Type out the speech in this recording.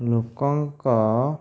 ଲୋକଙ୍କ